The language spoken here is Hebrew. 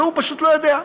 והוא פשוט לא יודע.